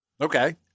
Okay